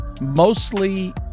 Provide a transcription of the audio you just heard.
mostly